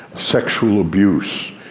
sexual abuse,